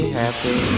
happy